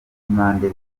y’impande